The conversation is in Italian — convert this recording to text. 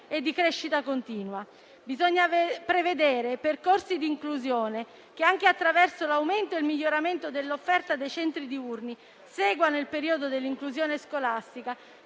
e crescita continua. Bisogna prevedere percorsi di inclusione che, anche attraverso l'aumento e il miglioramento dell'offerta dei centri diurni, seguano il periodo dell'inclusione scolastica